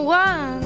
one